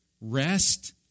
rest